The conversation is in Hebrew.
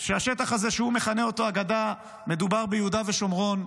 שהשטח שהוא מכנה "בגדה" מדובר ביהודה ושומרון,